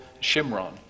Shimron